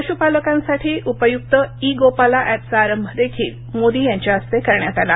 पश्पालकांसाठी उपय्क्त ई गोपाला ऍपचा आरंभ देखील मोदी यांच्या हस्ते करण्यात आला